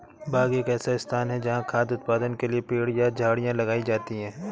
बाग एक ऐसा स्थान है जहाँ खाद्य उत्पादन के लिए पेड़ या झाड़ियाँ लगाई जाती हैं